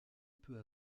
peu